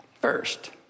first